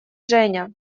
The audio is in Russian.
женя